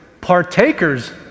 partakers